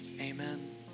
Amen